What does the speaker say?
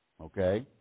okay